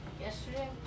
Yesterday